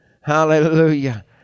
Hallelujah